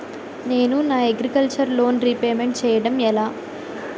నేను నా agriculture loan repayment చేయడం ఎలా?